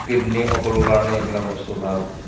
kidney সকলোৰ কাৰণেই এইবিলাক বস্তু ভাল